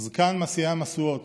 זקן משיאי המשואות,